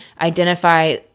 identify